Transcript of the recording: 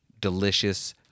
delicious